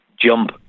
jump